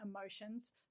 emotions